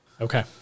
Okay